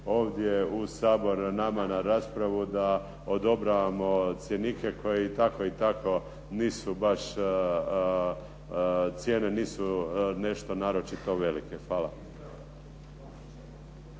ovdje u Sabor nama na raspravu da odobravamo cjenike koji i tako i tako nisu baš, cijene nisu nešto naročito velike. Hvala.